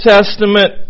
Testament